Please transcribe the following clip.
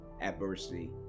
adversity